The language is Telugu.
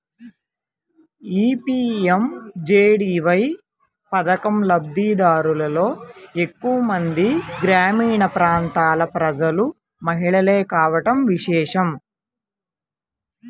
ఈ పీ.ఎం.జే.డీ.వై పథకం లబ్ది దారులలో ఎక్కువ మంది గ్రామీణ ప్రాంతాల ప్రజలు, మహిళలే కావడం విశేషం